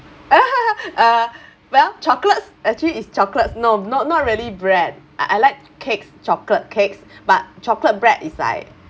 uh well chocolates actually it's chocolates no not not really bread I I like cakes chocolate cakes but chocolate bread is like